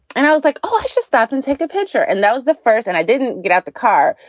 and i was like, oh, i should stop and take a picture. and that was the first and i didn't get out the car.